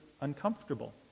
uncomfortable